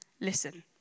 listen